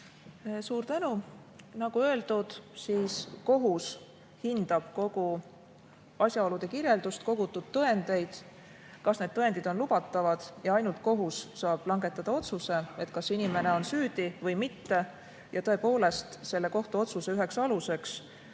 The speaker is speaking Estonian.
Suur tänu! Nagu öeldud, kohus hindab kogu asjaolude kirjeldust, kogutud tõendeid ja seda, kas need tõendid on lubatavad. Ainult kohus saab langetada otsuse, kas inimene on süüdi või mitte. Ja tõepoolest, kohtuotsuse üks alus